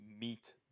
meet